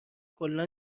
کلا